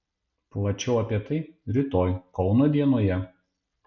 plačiau apie tai rytoj kauno dienoje